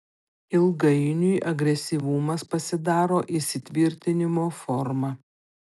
ilgainiui agresyvumas pasidaro įsitvirtinimo forma